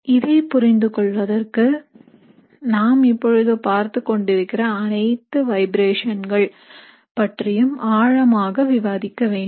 இதைப் புரிந்து கொள்வதற்கு நாம் இப்பொழுது பார்த்துக் கொண்டிருக்கிற அனைத்து வைப்ரேஷன்கள் பற்றியும் ஆழமாக விவாதிக்க வேண்டும்